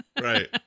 Right